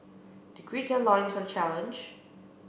they gird their loins for the challenge